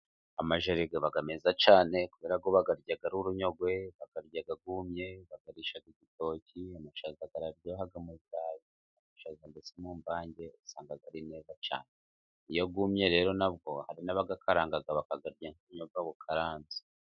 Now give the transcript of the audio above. Amajeri aba meza cyane kubera ko bayarya ari urunyogwe, bakarya yumye, bakayarisha igitoki. Amashaza araryoha mu birayi, ndetse mu mvange wasanga ari neza cyane. Iyo yumye rero na bwo hari n'abagakaranga bakayarya nk'ubunyobwa bukaranze.